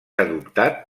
adoptat